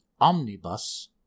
omnibus